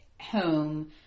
home